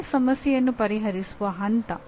ಯಾವುದೇ ಸಮಸ್ಯೆಯನ್ನು ಪರಿಹರಿಸುವ ಹಂತ